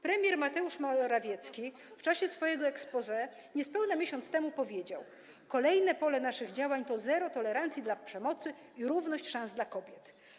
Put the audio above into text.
Premier Mateusz Morawiecki w czasie swojego exposé niespełna miesiąc temu powiedział: Kolejne pole naszych działań to zero tolerancji dla przemocy i równość szans dla kobiet.